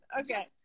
Okay